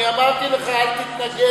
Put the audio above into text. אני אגיד שהם יותר,